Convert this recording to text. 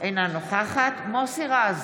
אינה נוכחת מוסי רז,